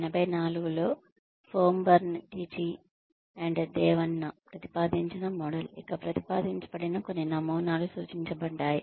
1984 లో Fombrun Tichy దేవన్నFomburn Tichy Devanna ప్రతిపాదించిన మోడల్ ఇక్కడ ప్రతిపాదించబడిన కొన్ని నమూనాలు సూచించబడ్డాయి